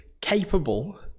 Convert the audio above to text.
capable